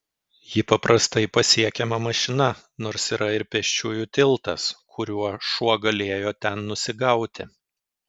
ji paprastai pasiekiama mašina nors yra ir pėsčiųjų tiltas kuriuo šuo galėjo ten nusigauti